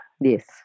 Yes